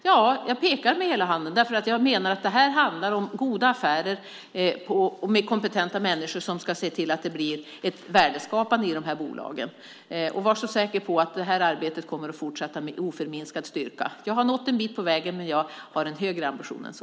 Ja, jag pekar med hela handen därför att jag menar att det handlar om goda affärer med kompetenta människor som ska se till att det blir ett värdeskapande i de här bolagen. Var så säker på att det här arbetet kommer att fortsätta med oförminskad styrka. Jag har nått en bit på vägen, men jag har en högre ambition än så.